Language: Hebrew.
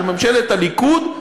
של ממשלת הליכוד,